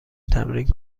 تمرین